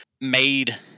made